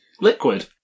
liquid